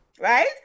right